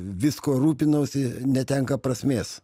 viskuo rūpinausi netenka prasmės